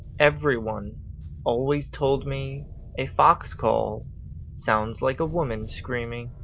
everyone always told me a fox call sounds like a woman screaming.